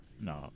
No